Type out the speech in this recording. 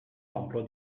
l’emploi